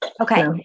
Okay